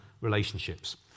relationships